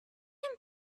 and